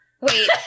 Wait